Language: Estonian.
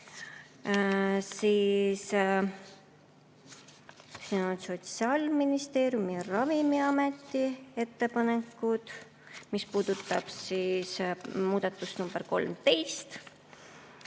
Siis on Sotsiaalministeeriumi ja Ravimiameti ettepanekud, mis puudutavad muudatust nr 13.